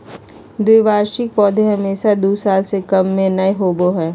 द्विवार्षिक पौधे हमेशा दू साल से कम में नयय होबो हइ